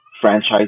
franchise